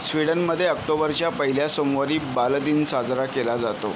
स्वीडनमध्ये अक्टोबरच्या पहिल्या सोमवारी बालदिन साजरा केला जातो